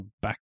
back